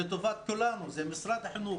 זה לטובת כולנו משרד החינוך,